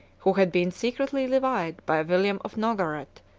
who had been secretly levied by william of nogaret,